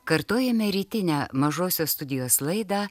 kartojame rytinę mažosios studijos laidą